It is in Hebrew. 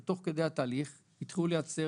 שתוך כדי התהליך התחילו לייצר,